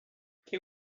can